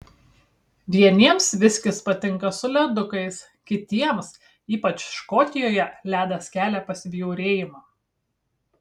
vieniems viskis patinka su ledukais kitiems ypač škotijoje ledas kelia pasibjaurėjimą